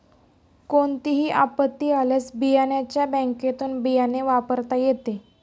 कोणतीही आपत्ती आल्यास बियाण्याच्या बँकेतुन बियाणे वापरता येते